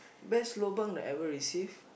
best lobang that I have ever receive